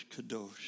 Kadosh